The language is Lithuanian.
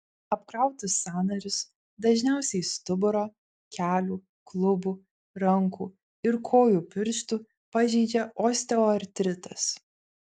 apkrautus sąnarius dažniausiai stuburo kelių klubų rankų ir kojų pirštų pažeidžia osteoartritas